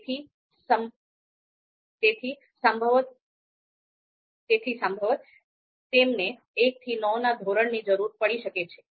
તેથી સંભવત તેમને 1 થી 9 ના ધોરણની જરૂર પડી શકે છે